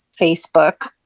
Facebook